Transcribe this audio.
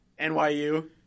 NYU